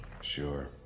Sure